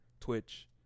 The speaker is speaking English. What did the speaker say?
Twitch